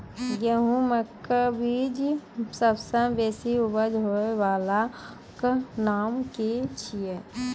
गेहूँमक बीज सबसे बेसी उपज होय वालाक नाम की छियै?